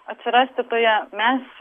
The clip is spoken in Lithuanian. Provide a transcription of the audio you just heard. atsirasti toje mes